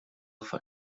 for